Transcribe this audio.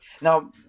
Now